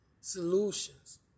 Solutions